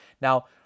Now